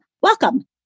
welcome